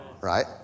Right